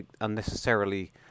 unnecessarily